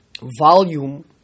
volume